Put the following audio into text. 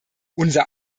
unser